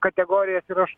kategorijas ir aš